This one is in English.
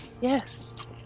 Yes